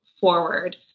forward